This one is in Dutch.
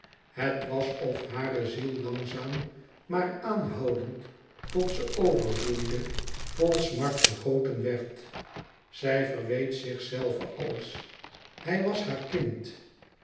het was of hare ziel langzaam maar aanhoudend tot ze overvloeide vol smart gegoten werd zij verweet zichzelve alles hij was haar kind